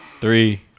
Three